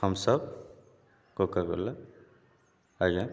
Thums Up Coca Cola ଆଜ୍ଞା